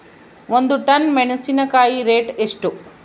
ಒಂದು ಟನ್ ಮೆನೆಸಿನಕಾಯಿ ರೇಟ್ ಎಷ್ಟು?